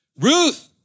Ruth